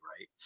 right